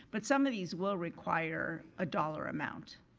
but some of these will require a dollar amount.